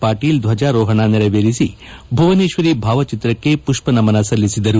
ಪಾಟೀಲ್ ಧ್ವಜಾರೋಹಣ ನೆರವೇರಿಸಿ ಭುವನೇಶ್ವರಿ ಭಾವಚಿತ್ರಕ್ಕೆ ಪುಪ್ಪ ನಮನ ಸಲ್ಲಿಸಿದರು